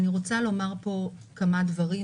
אני רוצה לומר פה כמה דברים,